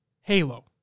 Halo